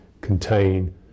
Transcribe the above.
contain